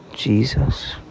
Jesus